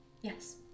yes